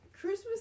Christmas